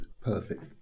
perfect